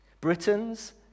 Britons